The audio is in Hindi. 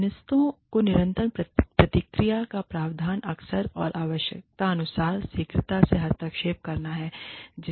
अधीनस्थों को निरंतर प्रतिक्रिया का प्रावधान अक्सर और आवश्यकतानुसार शीघ्रता से हस्तक्षेप करता है